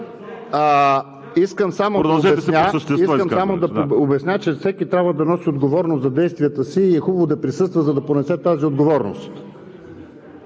Искам само да обясня, че всеки трябва да носи отговорност за действията си и е хубаво да присъства, за да понесе тази отговорност.